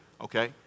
Okay